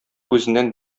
үзеннән